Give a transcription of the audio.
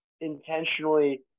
intentionally